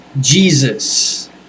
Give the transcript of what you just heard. Jesus